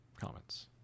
comments